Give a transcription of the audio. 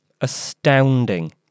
astounding